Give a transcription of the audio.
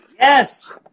Yes